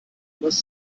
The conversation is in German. was